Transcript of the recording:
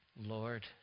Lord